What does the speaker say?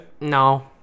No